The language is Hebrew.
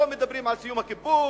לא מדברים על סיום הכיבוש,